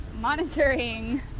monitoring